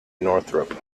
northrop